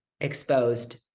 exposed